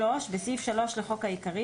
תיקון סעיף 3 3. בסעיף 3 לחוק העיקרי,